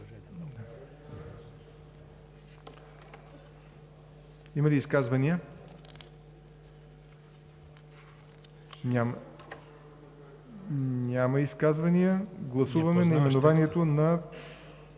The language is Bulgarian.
Има ли изказвания? Няма изказвания. Гласуваме наименованието на